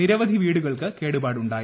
നിരവധി വീടുകൾക്ക് കേടുപാടുണ്ടായി